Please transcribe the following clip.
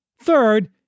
Third